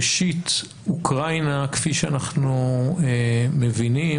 ראשית, אוקראינה, כפי שאנחנו מבינים,